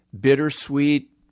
bittersweet